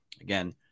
again